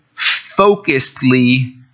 focusedly